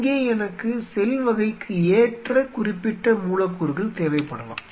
இங்கே எனக்கு செல் வகைக்கு ஏற்ற குறிப்பிட்ட மூலக்கூறுகள் தேவைப்படலாம்